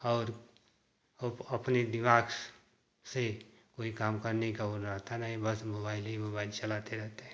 और ओप अपनी दिमाग से कोई काम करने का वह रहता नहीं है बस मोबाइल ही मोबाइल चलाते रहते हैं